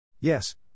Yes